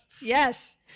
Yes